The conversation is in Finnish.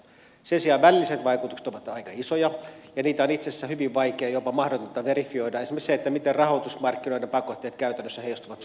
sen sijaan välilliset vaikutukset ovat aika isoja ja niitä on itse asiassa hyvin vaikea jopa mahdotonta verifioida esimerkiksi sitä miten rahoitusmarkkinoiden pakot teet käytännössä heijastuvat suomen talouteen